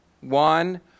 One